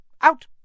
out